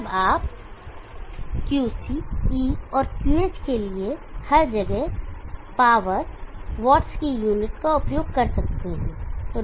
तब आप Qc E और QH के लिए हर जगह पावर वाट्स की यूनिटस का उपयोग कर सकते हैं